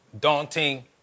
daunting